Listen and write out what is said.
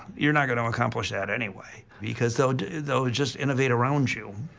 you're not going to accomplish that anyway, because they'll, they'll just innovate around you.